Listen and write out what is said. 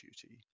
duty